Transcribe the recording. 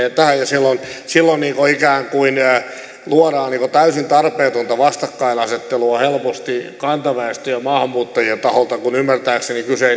ja silloin silloin ikään kuin luodaan täysin tarpeetonta vastakkainasettelua helposti kantaväestön ja maahanmuuttajien välille kun ymmärtääkseni kyse